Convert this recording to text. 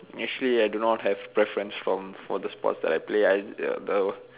actually I do not have preference for the sports that I play